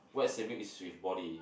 wet swimming is with body